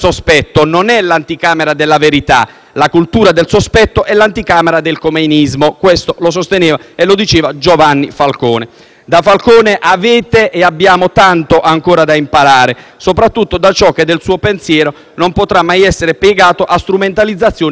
la cultura del sospetto è l'anticamera del khomeinismo. Questo sosteneva diceva Giovanni Falcone. Da Falcone avete e abbiamo tanto ancora da imparare, soprattutto da ciò che del suo pensiero non potrà mai essere piegato a strumentalizzazioni di giustizialismo sommario.